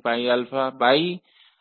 ज्ञात करें